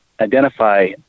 identify